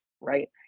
right